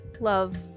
love